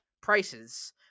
prices